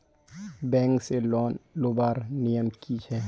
Bank से loan लुबार नियम की छे?